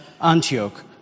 Antioch